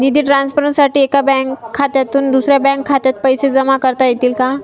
निधी ट्रान्सफरसाठी एका बँक खात्यातून दुसऱ्या बँक खात्यात पैसे जमा करता येतील का?